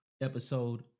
episode